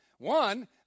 One